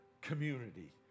community